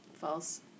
False